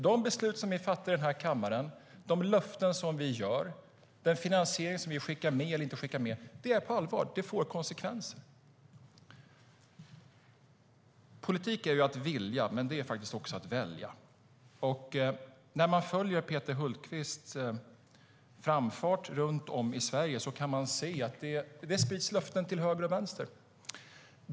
De beslut som vi fattar i den här kammaren, de löften som vi ger och den finansiering som vi skickar med eller inte skickar med - det är på allvar, och det får konsekvenser. Politik är att vilja, men också att välja. När man följer Peter Hultqvists framfart runt om i Sverige kan man se att det sprids löften till höger och vänster.